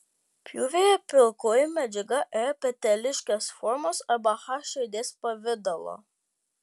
pjūvyje pilkoji medžiaga yra peteliškės formos arba h raidės pavidalo